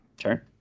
Sure